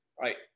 right